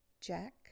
Jack